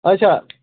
اچھا